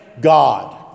God